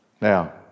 Now